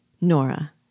Nora